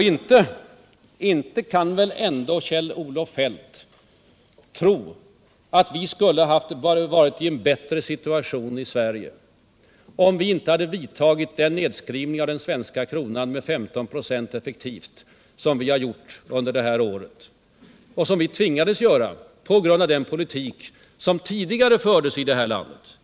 Inte kan väl Kjell-Olof Feldt tro att vi skulle ha varit i en bättre situation i Sverige om vi inte hade vidtagit den nedskrivning av svenska kronan med 15 9 effektivt som vi har gjort under det här året och som vi tvingades göra på grund av den politik som tidigare fördes i det här landet.